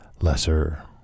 lesser